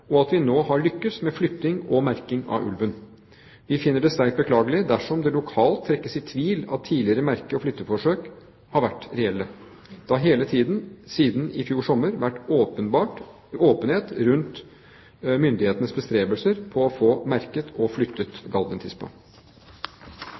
og at vi nå har lyktes med flytting og merking av ulven. Vi finner det sterkt beklagelig dersom det lokalt trekkes i tvil at tidligere merke- og flytteforsøk har vært reelle. Det har helt siden i fjor sommer vært åpenhet rundt myndighetenes bestrebelser for å få merket og flyttet